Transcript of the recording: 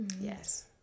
Yes